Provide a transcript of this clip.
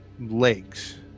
legs